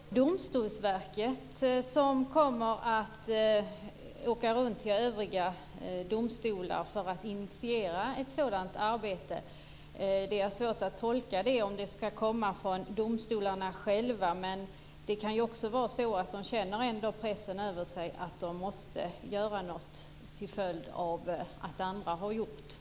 Fru talman! Är det då Domstolsverket som kommer att åka runt till övriga domstolar för att initiera ett sådant arbete? Jag har svårt att tolka om detta ska komma från domstolarna själva. Det kan ju också vara så att de känner en press på sig, att de måste göra något till följd av att andra har gjort det.